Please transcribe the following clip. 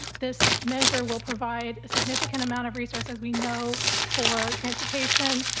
this measure will provide significant amount of resources we know for transportation,